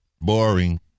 Boring